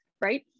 right